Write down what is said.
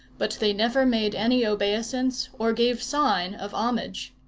but they never made any obeisance, or gave sign of homage.